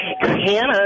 Hannah